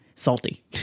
salty